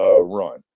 run